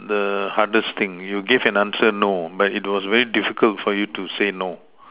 the hardest thing you gave an answer no but it was very difficult for you to say no